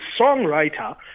songwriter